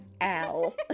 Al